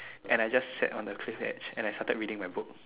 and I just sat on cliff edge and I started reading my book